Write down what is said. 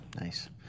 Nice